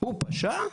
הוא פשע?